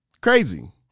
Crazy